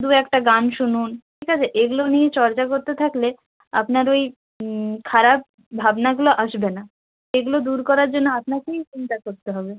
দুএকটা গান শুনুন ঠিক আছে এগুলো নিয়ে চর্চা করতে থাকলে আপনার ওই খারাপ ভাবনাগুলো আসবে না এগুলো দূর করার জন্য আপনাকেই চিন্তা করতে হবে